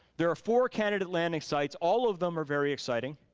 there are four candidate landing sites, all of them are very exciting.